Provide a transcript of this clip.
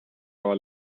our